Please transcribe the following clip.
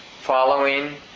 following